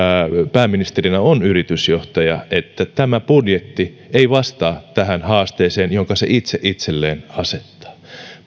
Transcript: pääministerinä on yritysjohtaja niin tämä budjetti ei vastaa tähän haasteeseen jonka se itse itselleen asettaa